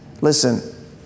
Listen